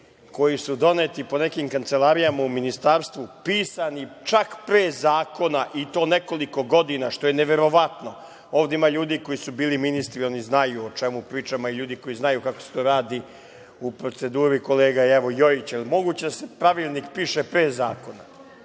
koji su doneti po nekim kancelarijama u Ministarstvu pisani su čak pre zakona i to nekoliko godina što je neverovatno. Ovde ima ljudi koji su bili ministri oni znaju o čemu pričam, a i ljudi koji znaju kako se to radi u proceduri. Kolega Jojiću, jel moguće da se pravilnik piše pre zakona?